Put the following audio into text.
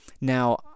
now